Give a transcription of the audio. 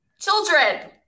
children